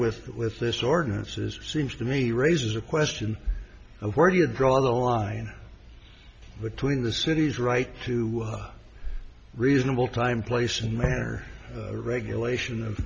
with with this ordinance is seems to me raises a question of where do you draw the line between the city's right to reasonable time place and manner regulation of